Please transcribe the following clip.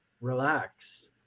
relax